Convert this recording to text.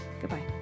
Goodbye